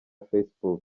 facebook